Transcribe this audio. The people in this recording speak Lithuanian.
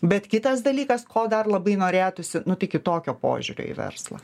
bet kitas dalykas ko dar labai norėtųsinu tai kitokio požiūrio į verslą